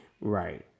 Right